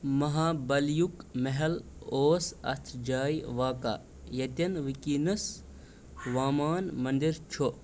مہابلیُک محل اوس اتھ جایہِ واقعہ ییٚتیٚن وٕنکیٚنَس وامان مندر چھُ